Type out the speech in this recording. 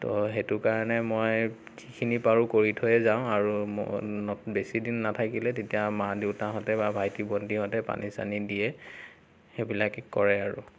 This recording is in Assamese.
ত' সেইটো কাৰণে মই যিখিনি পাৰোঁ কৰি থৈয়ে যাওঁ আৰু মোৰ নত বেছিদিন নাথাকিলে তেতিয়া মা দেউতাহঁতে বা ভাইটি ভণ্টিহঁতে পানী চানী দিয়ে সেইবিলাকে কৰে আৰু